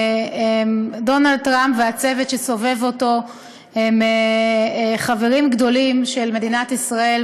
דונלד טראמפ והצוות שסובב אותו הם חברים גדולים של מדינת ישראל,